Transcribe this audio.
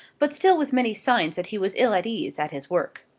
but still with many signs that he was ill at ease at his work.